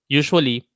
usually